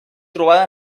trobada